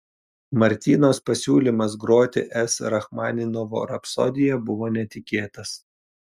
martynos pasiūlymas groti s rachmaninovo rapsodiją buvo netikėtas